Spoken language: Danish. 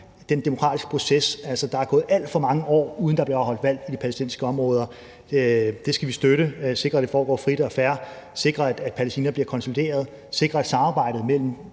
den demokratiske proces. Altså, der er gået alt for mange år, uden at der er blevet afholdt valg i de palæstinensiske områder. Vi skal støtte og sikre, at det foregår frit og fair; sikre, at Palæstina bliver konsolideret; sikre, at samarbejdet mellem